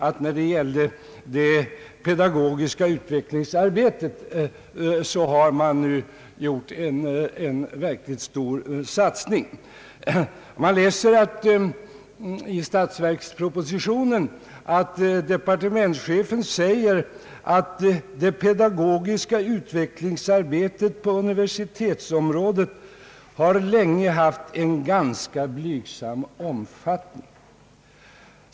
Statsrådet ville göra gällande att man nu gjort en verkligt stor satsning på det pedagogiska utvecklingsarbetet. I statsverkspropositionen säger departementschefen att det pedagogiska utvecklingsarbetet på universitetsområdet länge haft en ganska blygsam omfattning.